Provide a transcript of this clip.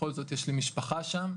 בכל זאת יש לי משפחה שם,